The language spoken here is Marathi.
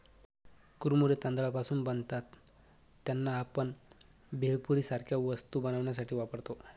कुरमुरे तांदळापासून बनतात त्यांना, आपण भेळपुरी सारख्या वस्तू बनवण्यासाठी वापरतो